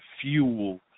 fuel